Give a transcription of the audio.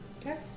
Okay